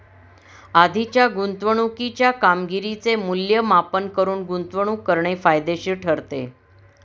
आधीच्या गुंतवणुकीच्या कामगिरीचे मूल्यमापन करून गुंतवणूक करणे फायदेशीर ठरते